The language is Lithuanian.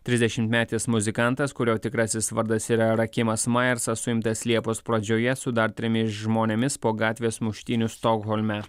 trisdešimtmetis muzikantas kurio tikrasis vardas yra rakimas maersas suimtas liepos pradžioje su dar trimis žmonėmis po gatvės muštynių stokholme